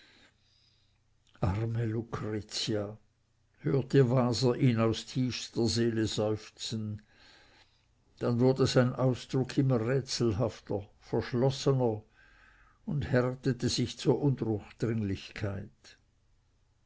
lucretia hörte waser ihn aus tiefster seele seufzen dann wurde sein ausdruck immer rätselhafter verschlossener und härtete sich zur